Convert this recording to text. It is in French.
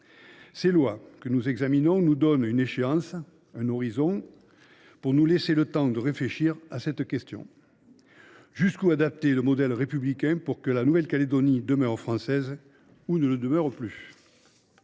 Ces projets de loi nous donnent une échéance, un horizon, pour nous laisser le temps de réfléchir à cette question : jusqu’où adapter le modèle républicain pour que la Nouvelle Calédonie demeure française, si elle le demeure ?